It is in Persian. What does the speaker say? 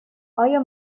آیا